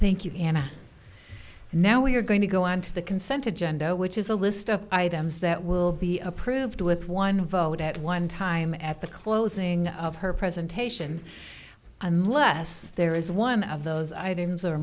thank you anna now we're going to go on to the consent to gender which is a list of items that will be approved with one vote at one time at the closing of her presentation unless there is one of those items